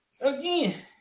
again